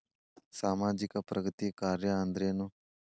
ಸಾಮಾಜಿಕ ಪ್ರಗತಿ ಕಾರ್ಯಾ ಅಂದ್ರೇನು?